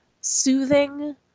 soothing